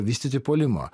vystyti puolimo